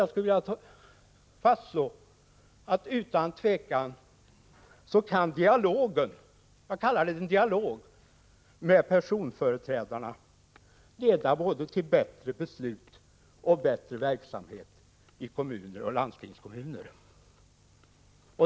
Jag vill fastslå att utan tvivel kan dialogen — jag kallar det dialog — med personalföreträdarna leda både till bättre beslut och till bättre verksamhet i kommuner och landstingskommuner.